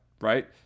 right